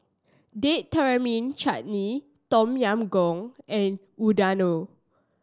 Date Chutney Tom Yam Goong and Unadon